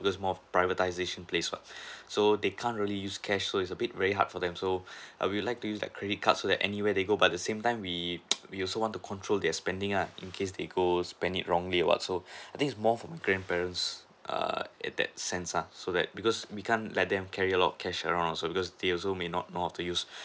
because more prioritisation place what so they can't really use cash so it's a bit very hard for them so we would like to use that credit card so that anywhere they go by the same time we we also want to control their spending uh in case they go spend it wrongly or what so I think it's more for my grandparents err at that sense uh so that because we can't let them carry a lot of cash around also because they also may not know how to use